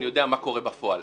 אני יודע מה קורה בפועל.